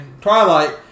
Twilight